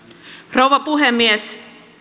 rouva puhemies